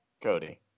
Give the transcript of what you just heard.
Cody